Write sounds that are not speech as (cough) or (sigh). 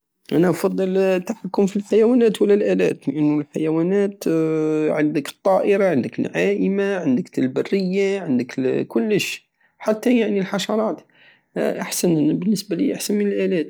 انا نفضل التحكم في الحيوانات ولا الالات لانو الحيوانات (hesitation) عندك الطائرة عندك العائمة عندك البرية عندك كلش حتى يعني الحشرات احسن- بالنسبة لية احسن من الالات